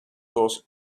those